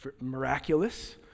miraculous